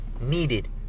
needed